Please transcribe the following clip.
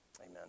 Amen